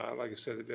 i like said, and